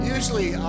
Usually